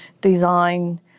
design